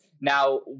Now